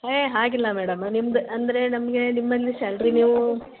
ಏ ಹಾಗಿಲ್ಲ ಮೇಡಮ್ ನಿಮ್ದು ಅಂದರೆ ನಮಗೆ ನಿಮ್ಮಲ್ಲಿ ಸ್ಯಾಲ್ರಿ ನೀವು